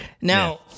Now